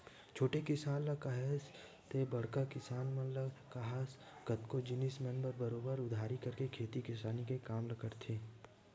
छोटे किसान ल काहस ते बड़का किसान मन ल काहस कतको जिनिस मन म बरोबर उधारी करके खेती किसानी के काम ल करथे